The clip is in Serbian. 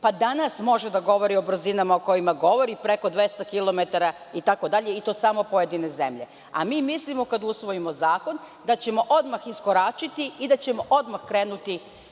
Danas može da govori o brzinama o kojima govori preko 200 kilometara itd. i to samo pojedine zemlje. Mi mislimo kada usvojimo zakon, da ćemo odmah iskoračiti i da ćemo odmah krenuti